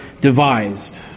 devised